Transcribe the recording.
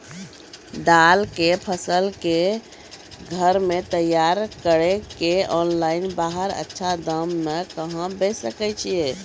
दाल के फसल के घर मे तैयार कड़ी के ऑनलाइन बाहर अच्छा दाम मे कहाँ बेचे सकय छियै?